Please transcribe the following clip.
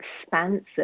expansive